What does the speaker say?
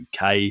UK